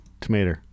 Tomato